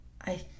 I